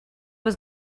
was